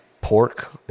pork